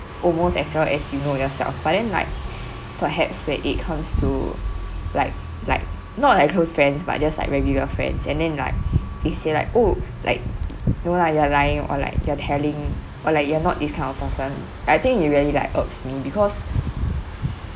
almost as well as you know yourself but then like perhaps when it comes to like like not like close friends but just like regular friends and then like they say like oh like no lah you are lying or like they are telling or like you are not this kind of person but I think it really like irks me because